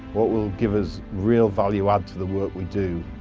what will give us real value add to the work we do?